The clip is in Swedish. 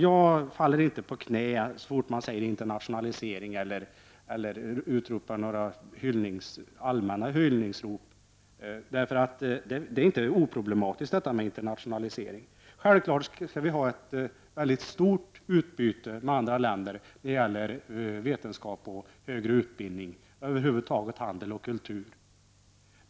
Jag faller inte på knä så fort man säger internationalisering eller utropar några allmänna hyllningsord till denna. Det är inte oproblematiskt med internationalisering. Självklart skall vi ha ett stort utbyte med andra länder när det gäller vetenskap och högre utbildning, handel och kultur.